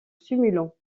simulant